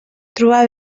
trobar